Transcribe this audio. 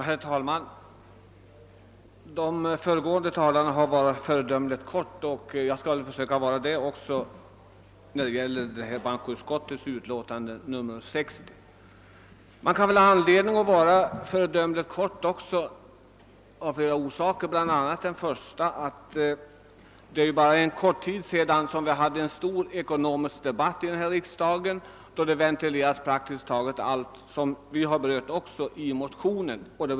Herr talman! De föregående talarna har fattat sig föredömligt kort, och jag skall försöka följa deras exempel. Det finns också flera skäl för oss att vara kortfattade i denna debatt. Så t.ex. är det inte länge sedan det fördes en stor ekonomisk debatt här i riksdagen då vi ventilerade praktiskt taget alla de frågor som tagits upp i motionen.